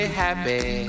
happy